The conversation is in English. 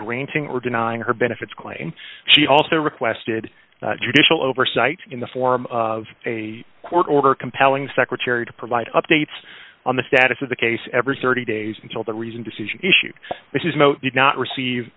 granting or denying her benefits claim she also requested judicial oversight in the form of a court order compelling secretary to provide updates on the status of the case every thirty days until the reasoned decision issue which is most did not receive